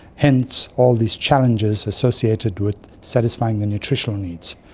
hence all these challenges associated with satisfying their nutritional needs.